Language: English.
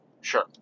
sure